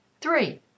Three